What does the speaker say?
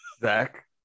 Zach